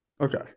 okay